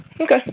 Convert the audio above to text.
Okay